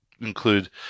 include